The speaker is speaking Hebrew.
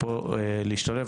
פה להשתלב,